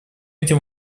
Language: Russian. этим